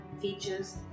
features